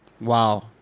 Wow